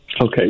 Okay